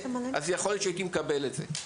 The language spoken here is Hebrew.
יכול להיות שהייתי מקבל את זה.